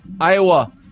Iowa